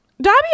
Dobby